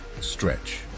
Stretch